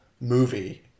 movie